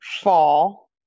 fall